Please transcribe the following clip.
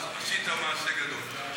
עשית מעשה גדול.